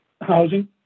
housing